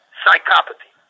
psychopathy